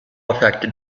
affected